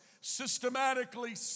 systematically